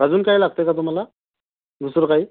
अजून काही लागतं आहे का तुम्हाला दुसरं काही